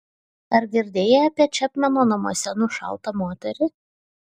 ar girdėjai apie čepmeno namuose nušautą moterį